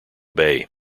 bay